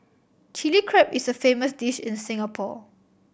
Chilli Crab is a famous dish in Singapore